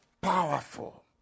powerful